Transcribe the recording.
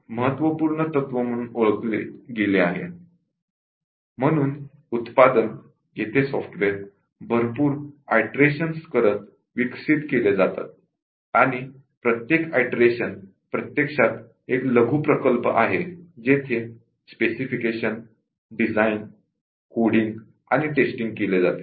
म्हणून सॉफ्टवेअर भरपूर ईटरेशन्स करत विकसित केले जाते आणि प्रत्येक ईटरेशन प्रत्यक्षात एक लघु प्रकल्प आहे जेथे स्पेसिफिकेशन डिझाइन कोडिंग आणि टेस्टींग केले जाते